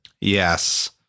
Yes